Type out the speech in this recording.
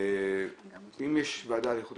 15 מטרים, זאת